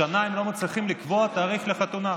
שנה הם לא מצליחים לקבוע תאריך לחתונה,